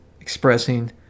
expressing